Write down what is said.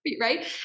Right